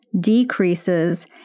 decreases